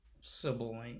sibling